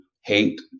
hate